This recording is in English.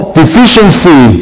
deficiency